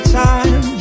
time